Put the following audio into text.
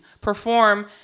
perform